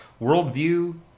worldview